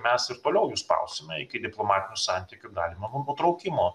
mes ir toliau jus spausime iki diplomatinių santykių galimo nu nutraukimo